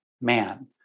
man